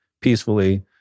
peacefully